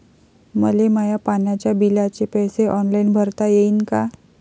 मले माया पाण्याच्या बिलाचे पैसे ऑनलाईन भरता येईन का?